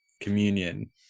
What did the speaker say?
communion